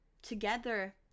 together